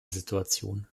situation